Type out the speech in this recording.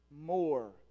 more